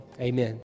Amen